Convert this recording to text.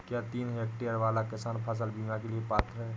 क्या तीन हेक्टेयर वाला किसान फसल बीमा के लिए पात्र हैं?